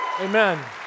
Amen